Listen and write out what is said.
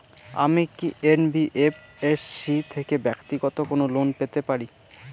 আমি কি এন.বি.এফ.এস.সি থেকে ব্যাক্তিগত কোনো লোন পেতে পারি?